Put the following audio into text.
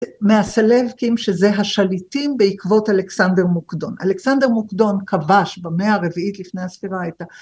מהסלבקים שזה השליטים בעקבות אלכסנדר מוקדון. אלכסנדר מוקדון כבש במאה הרביעית לפני הספירה את ה..